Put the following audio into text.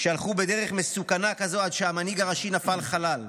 שהלכו בדרך מסוכנה כזאת עד שהמנהיג הראשי נפל חלל".